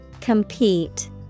Compete